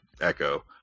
Echo